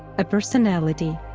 a personality,